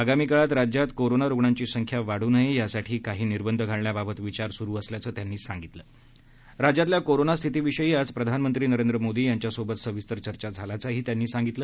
आगामी काळात राज्यात कोरोना रुग्णांची संख्या वाढू नये यासाठी काही निर्बंध घालण्याबाबत विचार सुरु असल्याचं ते म्हणाले राज्यातल्या कोरोनास्थितीविषयी आज प्रधानमंत्री नरेंद्र मोदी यांच्यासोबत सविस्तर चर्चा झाल्याचंही त्यांनी सांगितलं